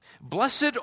Blessed